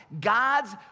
God's